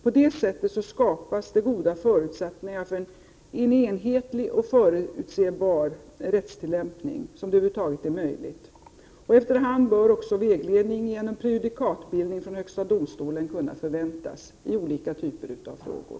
På det sättet skapas så goda förutsättningar för en enhetlig och förutsebar rättstillämpning som över huvud taget är möjligt. Vägledning genom prejudikatbildning från högsta domstolen bör också efter hand kunna förväntas i olika frågor.